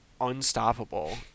unstoppable